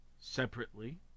Separately